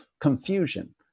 confusion